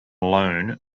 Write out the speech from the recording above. loan